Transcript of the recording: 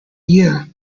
year